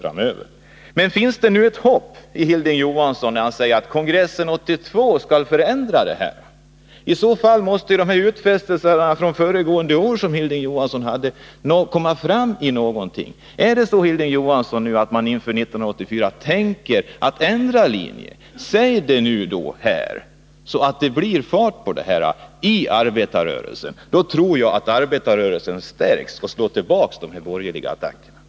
Men ger Hilding Johansson nu ett hopp, när han säger att kongressen 1982 skall förändra det här systemet? I så fall måste hans utfästelser från föregående år leda fram till någonting. Tänker man inför 1984 ändra linje? Säg det då här, så att det blir fart på frågan inom arbetarrörelsen! Då tror jag att arbetarrörelsen stärks och slår tillbaka de borgerliga attackerna.